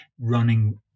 running